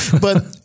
But-